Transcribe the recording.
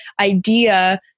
idea